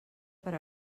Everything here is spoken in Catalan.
per